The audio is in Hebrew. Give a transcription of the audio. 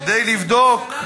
כדי לבדוק,